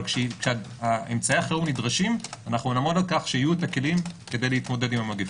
אבל כשאמצעי החירום נדרשים נעמוד על כך שיהיו הכלים להתמודד עם המגפה.